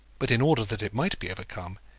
but in order that it might be overcome,